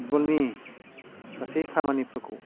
फुटबलनि गासै खामानिफोरखौ